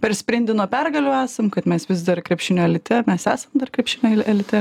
per sprindį nuo pergalių esam kad mes vis dar krepšinio elite mes esam dar krepšinio elite